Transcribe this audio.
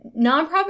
Nonprofit